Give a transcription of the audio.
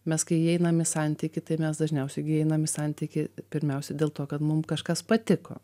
mes kai įeinam į santykį tai mes dažniausiai gi įeinam į santykį pirmiausia dėl to kad mum kažkas patiko